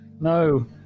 No